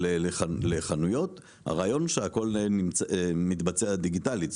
אבל לחנויות, הרעיון הוא שהכל מתבצע דיגיטלית.